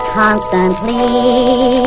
constantly